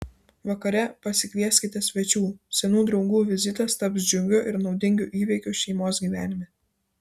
vakare pasikvieskite svečių senų draugų vizitas taps džiugiu ir naudingu įvykiu šeimos gyvenime